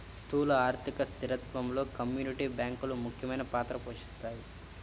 స్థూల ఆర్థిక స్థిరత్వంలో కమ్యూనిటీ బ్యాంకులు ముఖ్యమైన పాత్ర పోషిస్తాయి